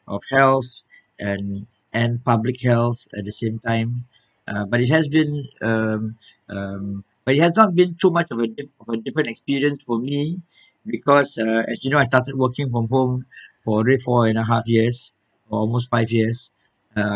of health and and public health at the same time uh but it has been um um but it has not been too much of a diff~ of a different experience for me because uh as you know I started working from home for already four and a half years or almost five years uh